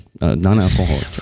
Non-alcoholic